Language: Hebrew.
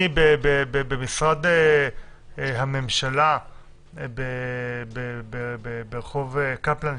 במשרד הממשלה ברחוב קפלן,